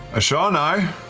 isharnai!